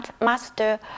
master